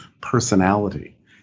personality